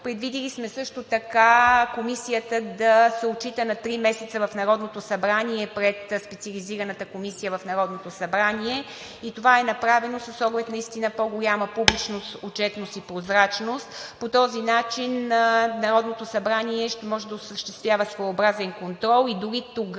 Предвидили сме също така Комисията да се отчита на три месеца в Народното събрание – пред Специализираната комисия в Народното събрание, и това е направено с оглед наистина по-голяма публичност, отчетност и прозрачност. По този начин Народното събрание ще може да осъществява своеобразен контрол и дори тогава,